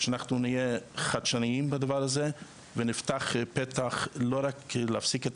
שאנחנו נהיה חדשניים בדבר הזה ונפתח פתח לא רק להפסיק את